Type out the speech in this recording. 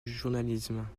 journalisme